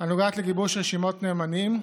ונוגעת לגיבוש רשימות נאמנים.